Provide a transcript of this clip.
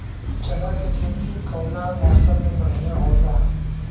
चना के खेती कउना मौसम मे बढ़ियां होला?